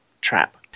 trap